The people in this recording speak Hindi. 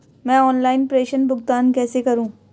मैं ऑनलाइन प्रेषण भुगतान कैसे करूँ?